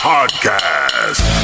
Podcast